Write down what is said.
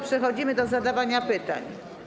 Przechodzimy do zadawania pytań.